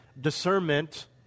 discernment